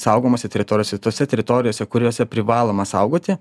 saugomose teritorijose tose teritorijose kuriose privaloma saugoti